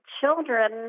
children